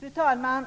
Fru talman!